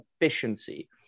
efficiency